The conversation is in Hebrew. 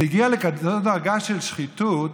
זה הגיע לכזאת דרגה של שחיתות,